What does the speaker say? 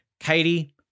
Katie